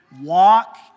walk